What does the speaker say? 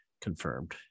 confirmed